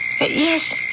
Yes